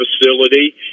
facility